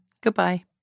Goodbye